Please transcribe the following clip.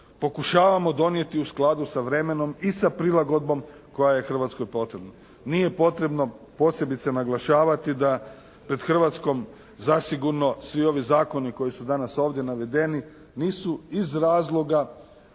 pokušavamo donijeti u skladu sa vremenom i sa prilagodbom koja je Hrvatskoj potrebna. Nije potrebno posebice naglašavati da pred Hrvatskom zasigurno svi ovi zakoni koji su danas ovdje navedeni nisu iz razloga